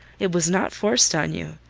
it was not forced on you.